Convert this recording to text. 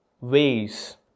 ways